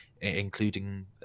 including